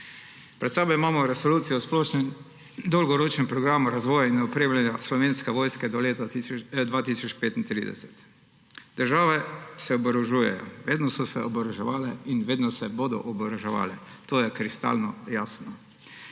Pred sabo imamo Predlog resolucije o splošnem dolgoročnem programu razvoja in opremljanja Slovenske vojske do leta 2035. Države se oborožujejo, vedno so se oboroževale in vedno se bodo oboroževale, to je kristalno jasno.